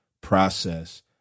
process